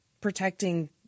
protecting